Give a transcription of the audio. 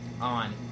on